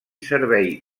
servei